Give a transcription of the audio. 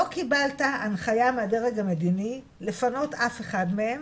לא קיבלת הנחייה מהדרג המדיני לפנות אף אחד מהם